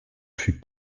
fut